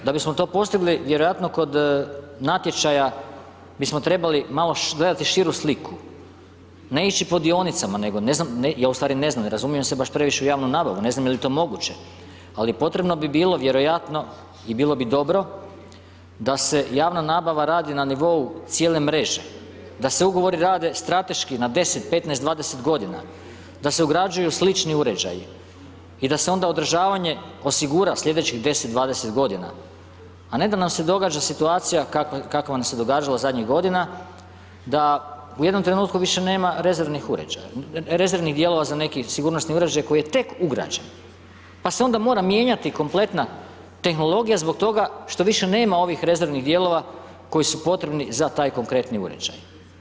Da bismo to postigli, vjerojatno kod natječaja bismo trebali malo gledati širu sliku, ne ići po dionicama, nego ne znam, ja u stvari ne znam, ne razumijem se baš previše u javnu nabavu, ne znam je li to moguće, ali potrebno bi bilo vjerojatno i bilo bi dobro da se javna nabava radi na nivou cijele mreže, da se Ugovori rade strateški na 10, 15, 20 godina, da se ugrađuju slični uređaji i da se onda održavanje osigura slijedećih 10, 20 godina, a ne da nam se događa situacija kakva nam se događala zadnjih godina, da u jednom trenutku više nema rezervnih uređaja, rezervnih dijelova za neki sigurnosni uređaj koji je tek ugrađen, pa se onda mora mijenjati kompletna tehnologija zbog toga što više nema ovih rezervnih dijelova koji su potrebni za taj konkretni uređaj.